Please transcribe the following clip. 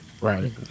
right